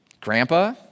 grandpa